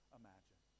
imagine